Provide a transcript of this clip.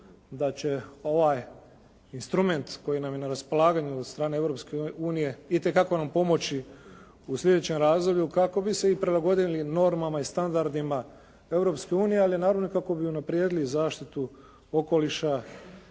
da će ovaj instrument koji nam je na raspolaganju od strane Europske unije itekako nam pomoći u slijedećem razdoblju kako bi se i prilagodili normama i standardima Europske unije ali naravno i kako bi unaprijedili zaštitu okoliša